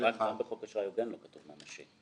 גם בחוק אשראי הוגן לא כתוב ממשי.